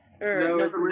No